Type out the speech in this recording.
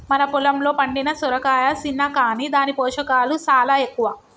మన పొలంలో పండిన సొరకాయ సిన్న కాని దాని పోషకాలు సాలా ఎక్కువ